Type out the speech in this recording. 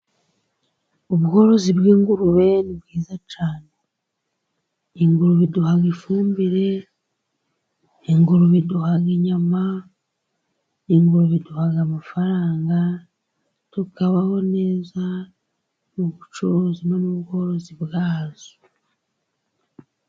Ubworozi bw'ingurube ni bwiza cyane, ingurube iduha ifumbire, ingurube iduha inyama, ingurube iduha amafaranga tukabaho neza mu bucuruzi, no mu bworozi bwazo.